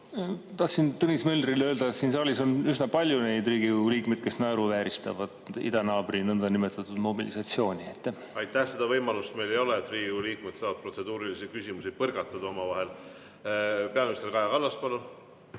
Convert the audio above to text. Tahtsin Tõnis Möldrile öelda, et siin saalis on üsna palju neid Riigikogu liikmeid, kes naeruvääristavad idanaabri nõndanimetatud mobilisatsiooni. Aitäh! Seda võimalust meil ei ole, et Riigikogu liikmed saavad protseduurilisi küsimusi omavahel põrgatada. Peaminister Kaja Kallas, palun!